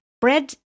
bread